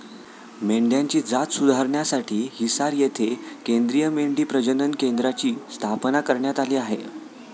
मेंढ्यांची जात सुधारण्यासाठी हिसार येथे केंद्रीय मेंढी प्रजनन केंद्राची स्थापना करण्यात आली आहे